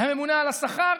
לממונה על השכר.